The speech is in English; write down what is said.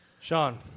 Sean